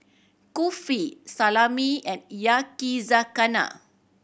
Kulfi Salami and Yakizakana